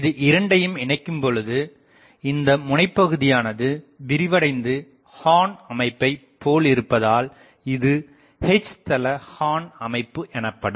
இது இரண்டையும் இணைக்கும்பொழுது இந்த முனைப்பகுதியானது விரிவடைந்து ஹார்ன் அமைப்பை போல் இருப்பதால் இது H தள ஹார்ன் அமைப்பு எனப்படும்